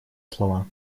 слова